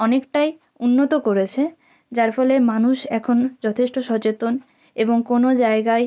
অনেকটাই উন্নত করেছে যার ফলে মানুষ এখন যথেষ্ট সচেতন এবং কোনো জায়গায়